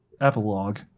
Epilogue